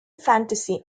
fantasy